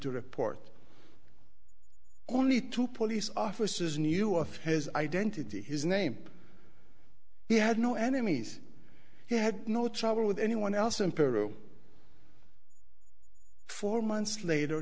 to report only to police officers knew of his identity his name he had no enemies he had no trouble with anyone else in peru for months later